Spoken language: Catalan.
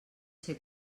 ser